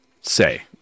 say